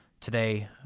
...today